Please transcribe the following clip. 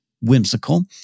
whimsical